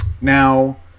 now